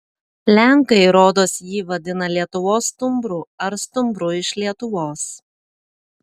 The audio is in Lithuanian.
lenkai rodos jį vadina lietuvos stumbru ar stumbru iš lietuvos